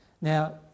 Now